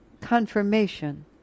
confirmation